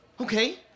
Okay